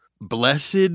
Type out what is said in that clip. Blessed